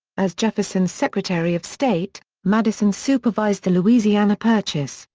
as jefferson's secretary of state, madison supervised the louisiana purchase,